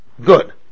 Good